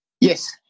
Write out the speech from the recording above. Yes